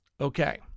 Okay